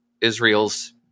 Israel's